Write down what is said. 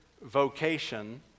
vocation